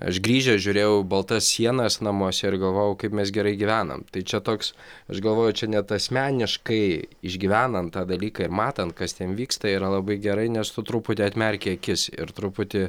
aš grįžęs žiūrėjau į baltas sienas namuose ir galvojau kaip mes gerai gyvenam tai čia toks aš galvoju čia net asmeniškai išgyvenant tą dalyką ir matant kas ten vyksta yra labai gerai nes tu truputį atmerki akis ir truputį